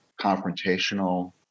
Confrontational